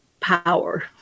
power